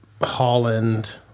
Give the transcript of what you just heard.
Holland